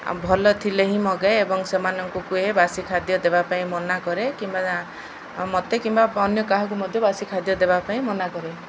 ଭଲ ଥିଲେ ହିଁ ମଗାଏ ଏବଂ ସେମାନଙ୍କୁ କୁହେ ବାସି ଖାଦ୍ୟ ଦେବା ପାଇଁ ମନା କରେ କିମ୍ବା ମୋତେ କିମ୍ବା ଅନ୍ୟ କାହାକୁ ମଧ୍ୟ ବାସି ଖାଦ୍ୟ ଦେବା ପାଇଁ ମନା କରେ